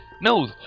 No